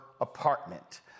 apartment